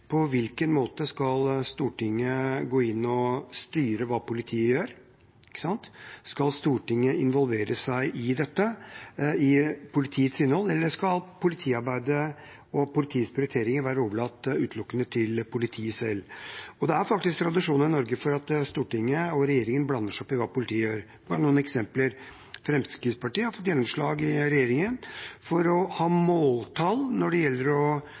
På hvilken måte skal Stortinget gå inn og styre hva politiet gjør? Skal Stortinget involvere seg i politiarbeidets innhold, eller skal politiarbeidet og politiets prioriteringer være overlatt utelukkende til politiet selv? Det er i Norge tradisjon for at Stortinget og regjeringen blander seg opp i hva politiet gjør. Bare noen eksempler: Fremskrittspartiet har fått gjennomslag i regjeringen for å ha måltall når det gjelder å